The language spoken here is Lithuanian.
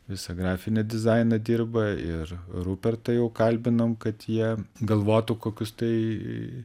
visą grafinį dizainą dirba ir rupertą jau kalbinam kad jie galvotų kokius tai